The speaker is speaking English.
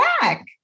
back